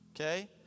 Okay